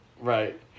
Right